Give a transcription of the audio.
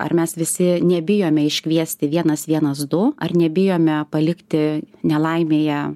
ar mes visi nebijome iškviesti vienas vienas du ar nebijome palikti nelaimėje